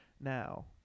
now